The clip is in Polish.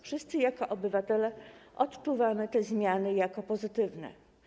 Wszyscy jako obywatele odczuwamy te zmiany jako pozytywne.